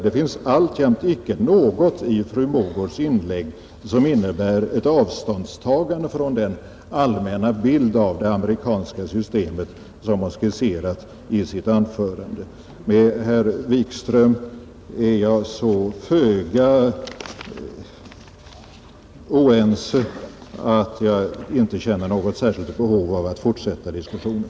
Det finns fortfarande ingenting i fru Mogårds inlägg som innebär ett avståndstagande från den allmänna bild av det amerikanska systemet, som hon skisserade i sitt anförande. Med herr Wickström är jag så föga oense att jag inte känner något särskilt behov av att fortsätta diskussionen.